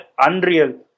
unreal